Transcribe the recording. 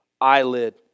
eyelid